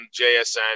JSN